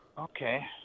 Okay